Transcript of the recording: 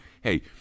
Hey